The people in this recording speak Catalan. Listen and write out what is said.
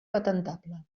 patentable